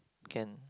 can